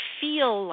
feel